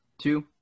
two